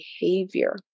behavior